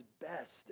best